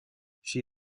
she